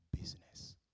business